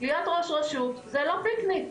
להיות ראש רשות זה לא פיקניק,